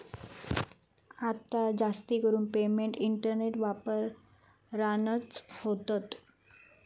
आता जास्तीकरून payment internet वापरानच होतत